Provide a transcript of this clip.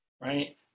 Right